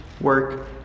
work